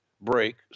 break